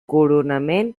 coronament